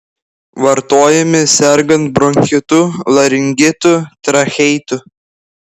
vartojami sergant bronchitu laringitu tracheitu